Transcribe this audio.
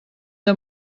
del